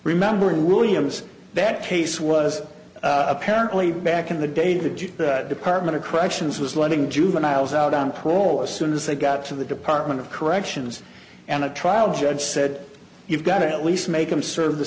remembering really a mess that case was apparently back in the day to do that department of corrections was letting juveniles out on parole as soon as they got to the department of corrections and a trial judge said you've got to at least make them serve the